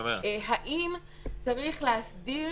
האם צריך להסדיר